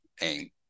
aim